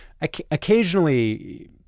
occasionally